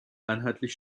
einheitlich